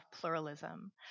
pluralism